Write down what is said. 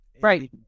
Right